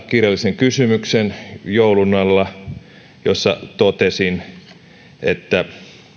kirjallisen kysymyksen jossa totesin että